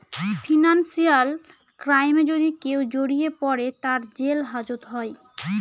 financial ক্রাইমে যদি কেউ জড়িয়ে পরে, তার জেল হাজত হয়